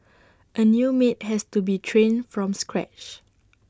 A new maid has to be trained from scratch